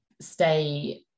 stay